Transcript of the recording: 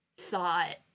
thought